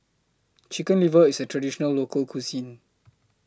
Chicken Liver IS A Traditional Local Cuisine